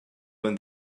when